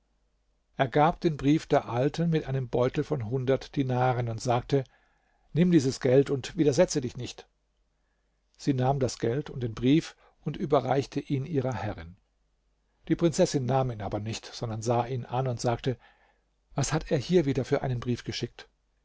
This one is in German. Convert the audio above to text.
er gab den brief der alten mit einem beutel von hundert dinaren und sagte nimm dieses geld und widersetze dich nicht sie nahm das geld und den brief und überreichte ihn ihrer herrin die prinzessin nahm ihn aber nicht sondern sah ihn an und sagte was hat er hier wieder für einen brief geschickt